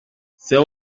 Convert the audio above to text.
c’est